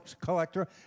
collector